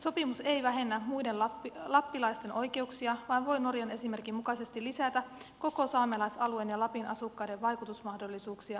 sopimus ei vähennä muiden lappilaisten oikeuksia vaan voi norjan esimerkin mukaisesti lisätä koko saamelaisalueen ja lapin asukkaiden vaikutusmahdollisuuksia alueidensa maankäyttöön